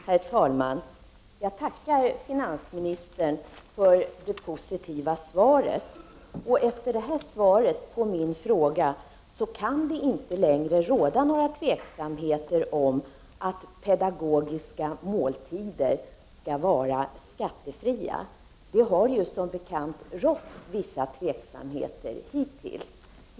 Herr talman! Jag tackar finansministern för det positiva svaret på min fråga. Efter detta svar kan det inte råda någon osäkerhet om att pedagogiska måltider skall vara skattefria. Det har ju som bekant hittills rått viss osäkerhet på den punkten.